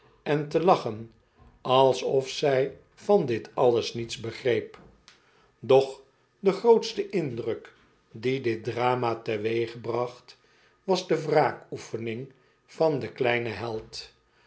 en te lachen alsof zij van dit alles niets begreep doch de grootste indruk dien dit drama teweegbracht was de wraakoefening van den kleinen held